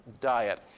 diet